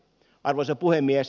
arvoisa puhemies